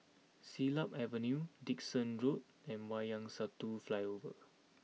Siglap Avenue Dickson Road and Wayang Satu Flyover